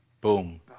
Boom